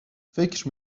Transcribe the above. فکر